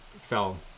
fell